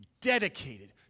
dedicated